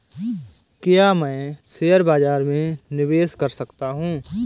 क्या मैं शेयर बाज़ार में निवेश कर सकता हूँ?